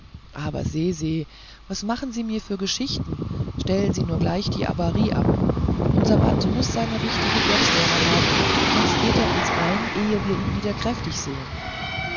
aber se se was machen sie mir für geschichten stellen sie nur gleich die abarie ab unser bat muß seine richtige erdschwere haben sonst geht er uns ein ehe wir ihn wieder kräftig sehn